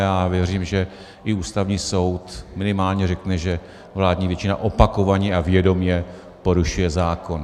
A já věřím, že i Ústavní soud minimálně řekne, že vládní většina opakovaně a vědomě porušuje zákon.